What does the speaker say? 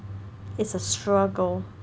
it's a struggle